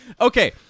Okay